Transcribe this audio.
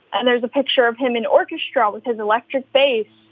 and there's a picture of him in orchestra with his electric bass,